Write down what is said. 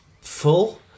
full